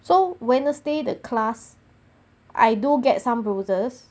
so wednesday the class I do get some bruises